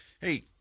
Hey